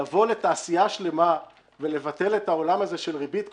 לבוא לתעשייה שלמה ולבטל את העולם הזה של ריבית קבועה,